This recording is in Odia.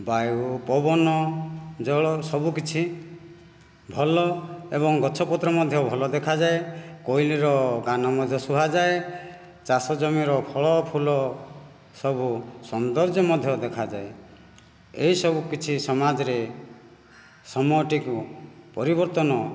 ବାୟୁ ପବନ ଜଳ ସବୁକିଛି ଭଲ ଏବଂ ଗଛପତ୍ର ମଧ୍ୟ ଭଲ ଦେଖାଯାଏ କୋଇଲିର ଗାନ ମଧ୍ୟ ଶୁଭାଯାଏ ଚାଷ ଜମିର ଫଳ ଓ ଫୁଲ ସବୁ ସୌନ୍ଦର୍ଯ୍ୟ ମଧ୍ୟ ଦେଖାଯାଏ ଏହିସବୁ କିଛି ସମାଜରେ ସମୟ ଟିକୁ ପରିବର୍ତ୍ତନ